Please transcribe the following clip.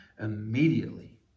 immediately